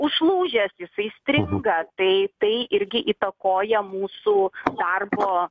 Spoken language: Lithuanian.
užlūžęs jisai stringa tai tai irgi įtakoja mūsų darbo